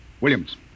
Williams